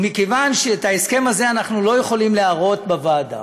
ומכיוון שאת ההסכם הזה אנחנו לא יכולים להראות בוועדה,